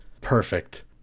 Perfect